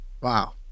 Wow